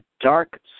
dark